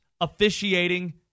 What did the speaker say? officiating